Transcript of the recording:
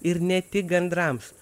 ir ne tik gandrams